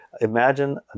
imagine